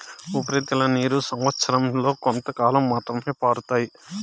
ఉపరితల నీరు సంవచ్చరం లో కొంతకాలం మాత్రమే పారుతాయి